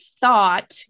thought